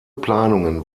planungen